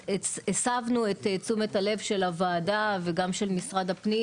הסבנו את תשומת הלב של הועדה וגם של משרד הפנים,